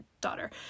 daughter